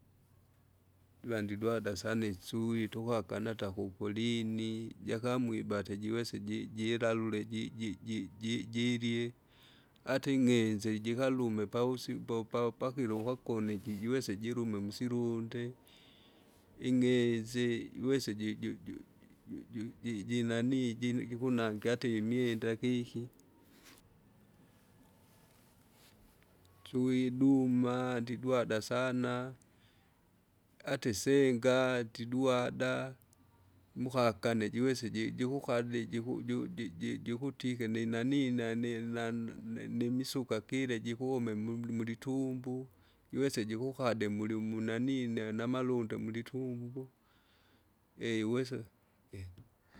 Iva ndidwada sana isui, tugwakanata kupolini, jakamwibate jiwese ji- jilalule ji- ji- ji- ji- jirye, ata ing'enze jikalume pavusi popapakilo ukagone ji- jiwese jilume musilundi, ing'eze jiwese ju- ju- ju- ju- ji- jinani jine jikunange ata imwenda kiki tuiduma ndidwada sana ata isenga tidwada, kukakane jiwesa ji- jikukadie jiku ju- ji- jikutike ninani nani nana nini nimisuka gile jikuume mumu mulitumbu. Jiwese jikukade muli mu nani nenamalundi mulitumbo, eiuwesa.